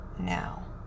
now